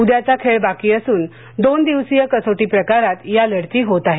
उद्याचा खेळ बाकी असून दोन दिवसीय कसोरी प्रकारात या लढती होत आहेत